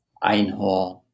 Einhorn